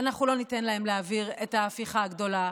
אנחנו לא ניתן להם להעביר את ההפיכה הגדולה.